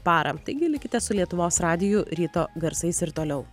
parą taigi likite su lietuvos radiju ryto garsais ir toliau